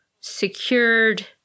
secured